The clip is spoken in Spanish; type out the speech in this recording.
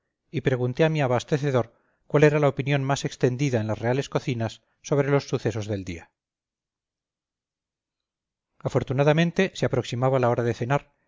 y pregunté a mi abastecedor cuál era la opinión más extendida en las reales cocinas sobre los sucesos del día afortunadamente se aproximaba la hora de cenar